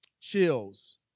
chills